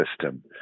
system